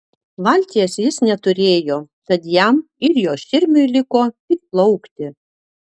valties jis neturėjo tad jam ir jo širmiui liko tik plaukti